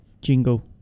Jingle